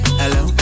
hello